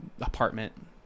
apartment